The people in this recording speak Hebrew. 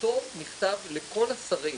לכתוב מכתב לכל השרים